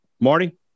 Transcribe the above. Marty